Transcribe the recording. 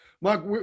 Mark